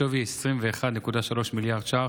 בשווי 21.3 מיליארד ש"ח.